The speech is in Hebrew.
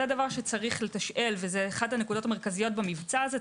זה דבר שצריך לתשאל וזה אחת הנקודות המרכזיות במבצע הזה.